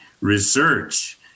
research